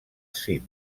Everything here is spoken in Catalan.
cim